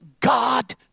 God